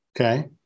okay